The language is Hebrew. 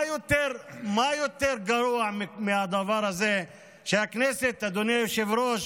מה יותר גרוע מהדבר הזה שהכנסת, ואדוני היושב-ראש,